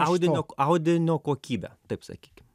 audinio audinio kokybę taip sakykim